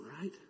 right